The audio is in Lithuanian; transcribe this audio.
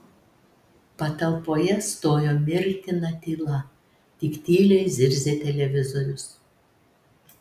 patalpoje stojo mirtina tyla tik tyliai zirzė televizorius